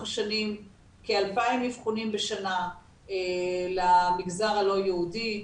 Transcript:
השנים כ-2,000 אבחונים בשנה למגזר הלא יהודי,